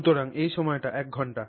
সুতরাং এই সময়টি 1 ঘন্টা